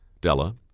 Della